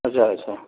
ଆଚ୍ଛା ଆଚ୍ଛା